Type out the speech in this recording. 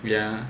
yeah